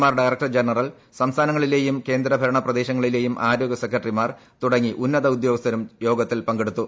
R director general സംസ്ഥാനങ്ങളിലെയും കേന്ദ്രഭരണ പ്രദേശങ്ങളിലെയും ആരോഗ്യ സെക്രട്ടറിമാർ തുടങ്ങി ഉന്നത ഉദ്യോഗസ്ഥരും യോഗത്തിൽ പങ്കെടുത്തു